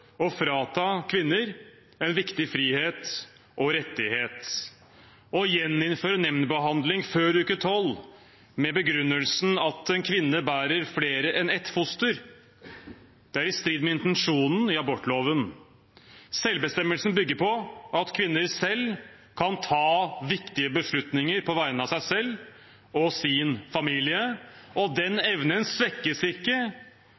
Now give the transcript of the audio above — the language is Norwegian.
å frata kvinner en viktig frihet og rettighet. Å gjeninnføre nemndbehandling før uke 12, med begrunnelsen at en kvinne bærer flere enn ett foster, er i strid med intensjonen i abortloven. Selvbestemmelsen bygger på at kvinner selv kan ta viktige beslutninger på vegne av seg selv og sin familie. Den evnen svekkes ikke